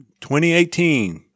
2018